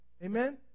Amen